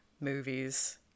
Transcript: movies